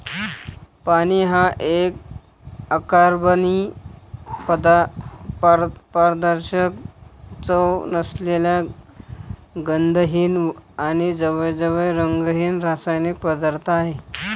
पाणी हा एक अकार्बनी, पारदर्शक, चव नसलेला, गंधहीन आणि जवळजवळ रंगहीन रासायनिक पदार्थ आहे